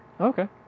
Okay